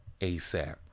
ASAP